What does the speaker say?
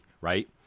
right